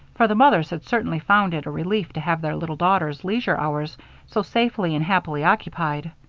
for the mothers had certainly found it a relief to have their little daughters' leisure hours so safely and happily occupied.